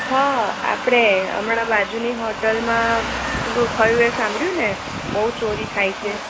હાં આપણે હમણાં બાજુની હોટેલમાં પેલું થયું એ સાંભળ્યું ને બહુ ચોરી થાય છે